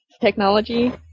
technology